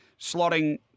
slotting